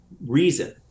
reason